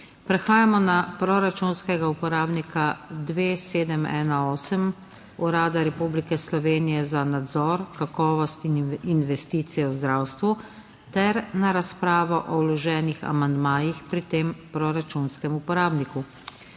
Prehajamo na proračunskega uporabnika 2718, Urad Republike Slovenije za nadzor kakovosti in investicije v zdravstvu ter na razpravo o vloženih amandmajih pri tem proračunskem uporabniku.